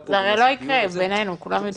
זה הוא עדיין יכול לעשות.